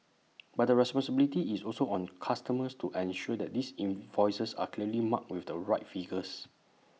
but the responsibility is also on customers to ensure that these invoices are clearly marked with the right figures